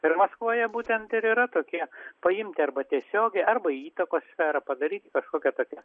ir maskvoje būtent ir yra tokie paimti arba tiesiogiai arba įtakos sferą padaryti kažkokią tokią